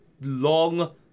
long